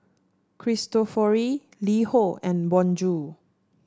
Cristofori LiHo and Bonjour